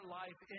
life